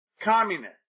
Communist